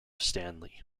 stanley